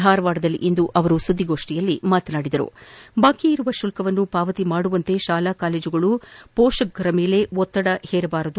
ಧಾರವಾಡದಲ್ಲಿಂದು ಸುದ್ದಿಗೋಷ್ಠಿಯಲ್ಲಿ ಮಾತನಾಡಿದ ಅವರು ಬಾಕಿ ಇರುವ ಶುಲ್ಕವನ್ನು ಪಾವತಿಸುವಂತೆ ಶಾಲಾ ಕಾಲೇಜುಗಳು ಹೆತ್ತವರ ಮೇಲೆ ಒತ್ತಡ ತರಬಾರದು